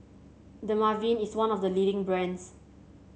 Dermaveen is one of the leading brands